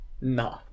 Nah